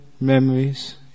memories